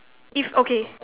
if okay